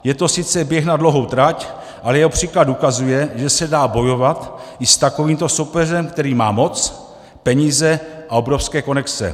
Je to sice běh na dlouhou trať, ale jeho příklad ukazuje, že se dá bojovat i s takovýmto soupeřem, který má moc, peníze a obrovské konexe.